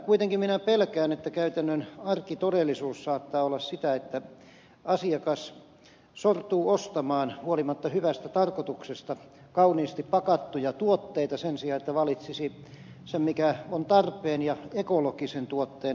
kuitenkin minä pelkään että käytännön arkitodellisuus saattaa olla sitä että asiakas sortuu ostamaan huolimatta hyvästä tarkoituksesta kauniisti pakattuja tuotteita sen sijaan että valitsisi sen tuotteen mikä on tarpeen ja ekologinen